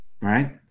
right